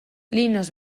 linux